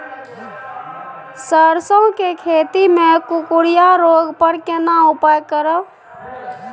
सरसो के खेती मे कुकुरिया रोग पर केना उपाय करब?